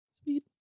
speed